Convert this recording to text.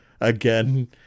again